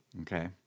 Okay